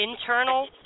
internal